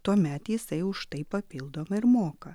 tuomet jisai už tai papildomai ir moka